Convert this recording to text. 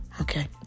Okay